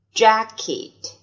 jacket